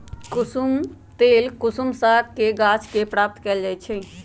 कुशुम तेल कुसुम सागके गाछ के प्राप्त कएल जाइ छइ